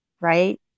right